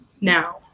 now